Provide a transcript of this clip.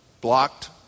blocked